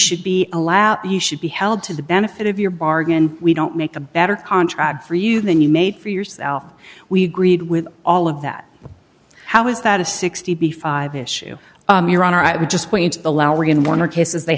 should be allowed you should be held to the benefit of your bargain we don't make a better contract for you than you made for yourself we agreed with all of that how is that a sixty five issue your honor i would just point the lowery in one or cases they